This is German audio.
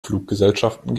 fluggesellschaften